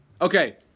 Okay